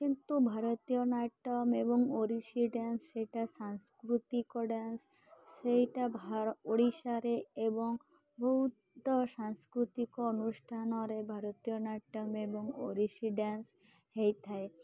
କିନ୍ତୁ ଭାରତୀୟ ନାଟ୍ୟମ୍ ଏବଂ ଓଡ଼ିଶୀ ଡ୍ୟାନ୍ସ ସେଇଟା ସାଂସ୍କୃତିକ ଡ୍ୟାନ୍ସ ସେଇଟା ଓଡ଼ିଶାରେ ଏବଂ ବହୁତ ସାଂସ୍କୃତିକ ଅନୁଷ୍ଠାନରେ ଭାରତୀୟ ନାଟ୍ୟମ୍ ଏବଂ ଓଡ଼ିଶୀ ଡ୍ୟାନ୍ସ ହେଇଥାଏ